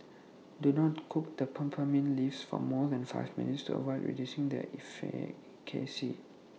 do not cook the peppermint leaves for more than five minutes to avoid reducing their efficacy